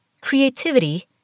creativity